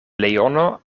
leono